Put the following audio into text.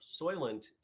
Soylent